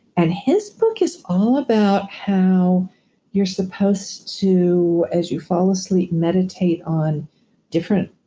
and his book is all about how you're supposed to, as you fall asleep, meditate on different.